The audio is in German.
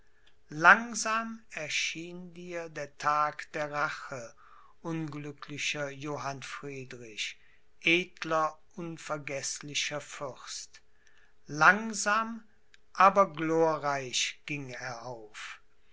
langsam erschien dir der tag der rache unglücklicher johann friedrich edler unvergeßlicher fürst langsam aber glorreich ging er auf